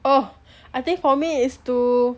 oh I think for me is to